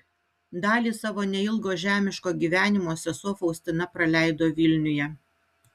dalį savo neilgo žemiško gyvenimo sesuo faustina praleido vilniuje